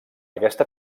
aquesta